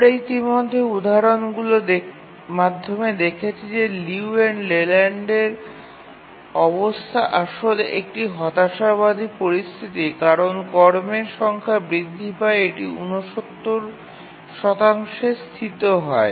আমরা ইতিমধ্যে উদাহরণগুলির মাধ্যমে দেখেছি যে লিউ এবং লেল্যান্ডের অবস্থা আসলে একটি হতাশাবাদী পরিস্থিতি কারণ কর্মের সংখ্যা বৃদ্ধি পায় এটি ৬৯ এ স্থিত হয়